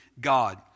God